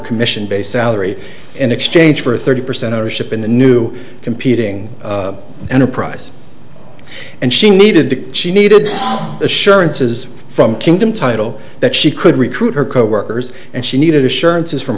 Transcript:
commission base salary in exchange for thirty percent ownership in the new competing enterprise and she needed to she needed assurances from kingdom title that she could recruit her coworkers and she needed assurances from